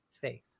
faith